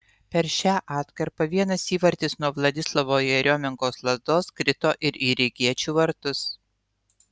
per šią atkarpą vienas įvartis nuo vladislavo jeriomenkos lazdos krito ir į rygiečių vartus